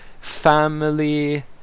family